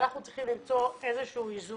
אני חושבת שאנחנו צריכים למצוא איזשהו איזון.